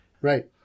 Right